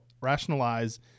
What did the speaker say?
rationalize